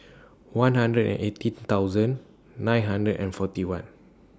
one hundred and eighteen thousand nine hundred and forty one